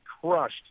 crushed